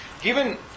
Given